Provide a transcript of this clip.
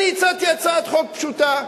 אני הצעתי הצעת חוק פשוטה: